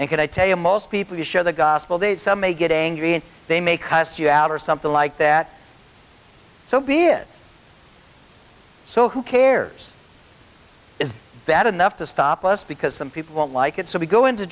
and can i tell you most people who share the gospel they may get angry and they make us you out or something like that so be it so who cares is bad enough to stop us because some people won't like it so we go into